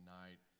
night